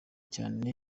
cyane